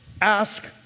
ask